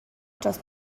dros